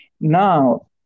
Now